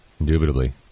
Indubitably